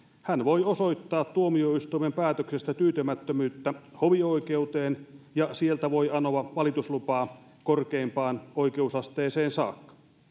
hän voi osoittaa tuomioistuimen päätöksestä tyytymättömyyttä hovioikeuteen ja sieltä voi anoa valituslupaa korkeimpaan oikeusasteeseen saakka